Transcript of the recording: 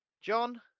john